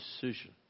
decision